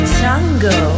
tango